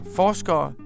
forskere